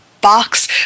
box